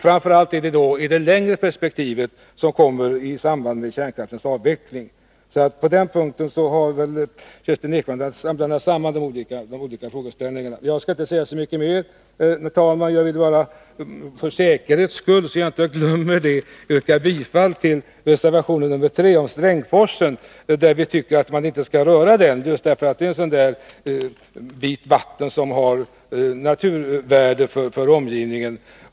Framför allt är det i det längre perspektivet — vad som händer i samband med kärnkraftens avveckling — som energikommittén skall bedöma frågan. På denna punkt har nog Kerstin Ekman blandat samman de olika frågeställningarna. Jag skall inte säga så mycket mer, herr talman, utan vill bara för säkerhets skull, så att jag inte glömmer bort det, yrka bifall till reservationen nr 3 om Strängsforsen. Vi tycker att man inte skall röra Strängsforsen, just därför att det är ett sådant vatten som har naturvärde för omgivningen.